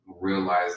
realize